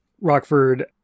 Rockford